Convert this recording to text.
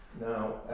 Now